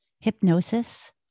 hypnosis